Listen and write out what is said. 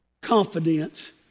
confidence